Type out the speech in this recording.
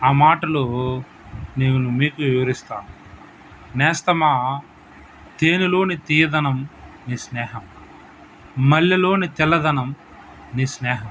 ఆ మాటలు నేను మీకు వివరిస్తాను నేస్తమా తేనెలోని తియ్యదనం నీ స్నేహం మల్లెలోని తెల్లదనం నీ స్నేహం